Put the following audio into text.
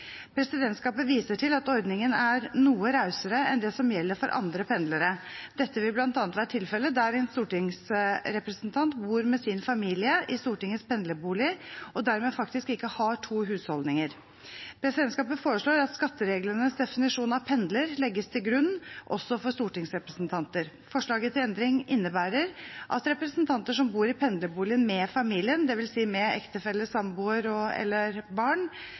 Presidentskapet viser til at ordningen er noe rausere enn det som gjelder for andre pendlere. Dette vil bl.a. være tilfellet der en stortingsrepresentant bor med sin familie i Stortingets pendlerbolig og dermed faktisk ikke har to husholdninger. Presidentskapet foreslår at skattereglenes definisjon av pendler legges til grunn også for stortingsrepresentanter. Forslaget til endring innebærer at representanter som bor i pendlerboligen med familien, dvs. med ektefelle, samboer og/eller barn,